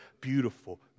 beautiful